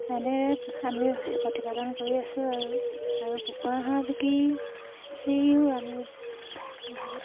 এনে আমি প্ৰতিপালন কৰি আছোঁ আৰু আৰু কুকুৰা হাঁহ বিকি সেইও আমি বহুত